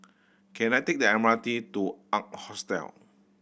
can I take the M R T to Ark Hostel